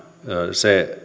se